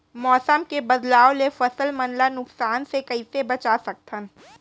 मौसम के बदलाव ले फसल मन ला नुकसान से कइसे बचा सकथन?